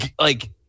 like-